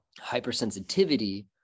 hypersensitivity